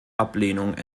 ablehnung